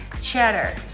cheddar